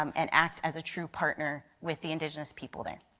um and act as a true partner with the indigenous people there.